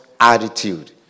attitude